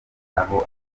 aho